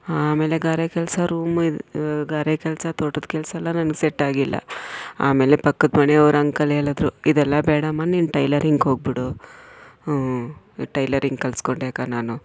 ಹಾಂ ಆಮೇಲೆ ಗಾರೆ ಕೆಲಸ ರೂಮಿನ ಗಾರೆ ಕೆಲಸ ತೋಟದ ಕೆಲಸ ಎಲ್ಲ ನನಗೆ ಸೆಟ್ಟಾಗಿಲ್ಲ ಆಮೇಲೆ ಪಕ್ಕದ ಮನೆಯವ್ರು ಅಂಕಲ್ ಹೇಳಿದ್ರು ಇದೆಲ್ಲ ಬೇಡಮ್ಮ ನೀನು ಟೈಲರಿಂಗ್ ಹೋಗ್ಬಿಡು ಹ್ಞೂ ಟೈಲರಿಂಗ್ ಕಲಿಸ್ಕೊಂಡೆ ಅಕ್ಕ ನಾನು